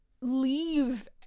leave